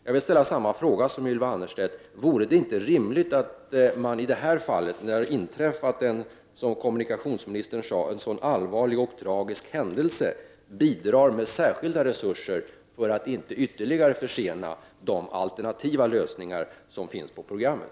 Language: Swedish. Jag ställer samma fråga som Ylva Annerstedt: Vore det inte rimligt att man i det här fallet, när det inträffat en allvarlig och tragisk händelse, som kommunikationsministern uttryckte det, bidrar med särskilda resurser för att inte ytterligare försena de alternativa lösningar som finns på programmet?